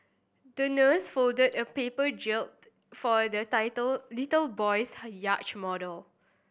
the nurse folded a paper jib for the tittle little boy's yacht model